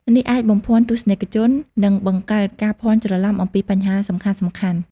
នេះអាចបំភាន់ទស្សនិកជន និងបង្កើតការភ័ន្តច្រឡំអំពីបញ្ហាសំខាន់ៗ។